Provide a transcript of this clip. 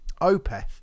Opeth